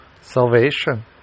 salvation